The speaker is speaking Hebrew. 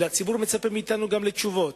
אלא הציבור מצפה מאתנו גם לתשובות.